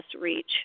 reach